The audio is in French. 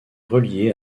reliée